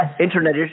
internet